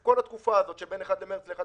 כל התקופה הזאת, שבין 1 במרץ ל-1